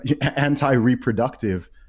anti-reproductive